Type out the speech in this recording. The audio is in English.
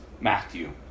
Matthew